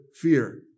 fear